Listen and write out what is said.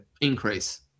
increase